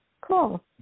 Cool